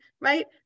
right